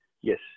yes